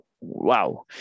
wow